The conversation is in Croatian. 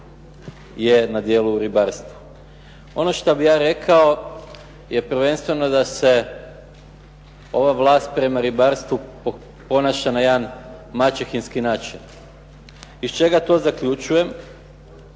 je na djelu u ribarstvu. Ono šta bi ja rekao je prvenstveno da se ova vlast prema ribarstvu ponaša na jedan maćehinski način. Iz čega to zaključujem?